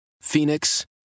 Phoenix